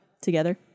together